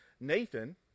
Nathan